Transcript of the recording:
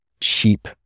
cheap